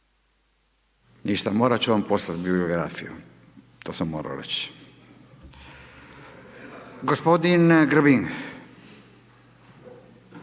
Ništa, morati ću vam poslati biografiju, to sam morao reći. Gospodin Grbin.